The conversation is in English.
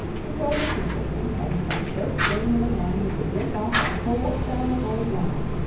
he told the simpleton that he must first bring him a man who could drink off a whole cellarful of wine.